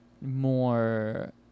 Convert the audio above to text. more